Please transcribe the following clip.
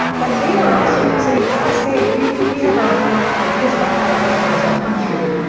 but they were also saying to us, hey we we have our own ideas about how to organize our country.